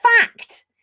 Fact